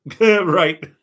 Right